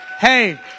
Hey